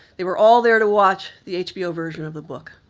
they were all there to watch the hbo version of the book.